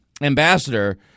ambassador